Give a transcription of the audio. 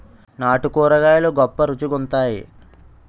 నాటు కూరగాయలు గొప్ప రుచి గుంత్తై